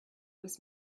was